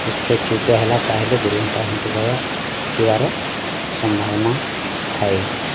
ଚ୍ୟୁତ ହେଲା ତା'ହେଲେ ଦୁର୍ଘଟଣା ଘଟିଲା ଘଟିବାର ସମ୍ଭାବନା ଥାଏ